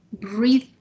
breathe